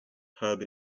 pub